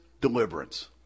deliverance